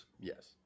Yes